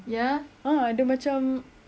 nanti seminit lagi saya um